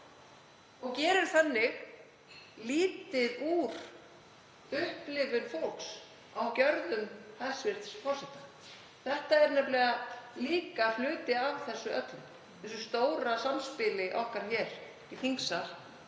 og gerir þannig lítið úr upplifun fólks á gjörðum hæstv. forseta. Það er nefnilega líka hluti af þessu öllu, hinu stóra samspili okkar hér í þingsal,